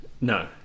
no